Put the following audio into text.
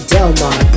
Delmar